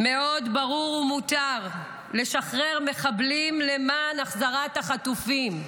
מאוד ברור, מותר לשחרר מחבלים למען החזרת החטופים.